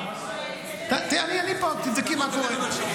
אני פה, תבדקי מה קורה.